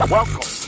Welcome